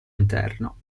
interno